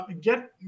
Get